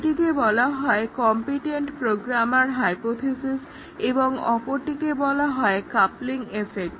এটিকে বলা হয় কম্পিটেন্ট প্রোগ্রামার হাইপোথিসিস এবং অপরটিকে বলা হয় কাপলিং এফেক্ট